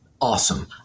awesome